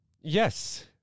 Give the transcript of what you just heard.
Yes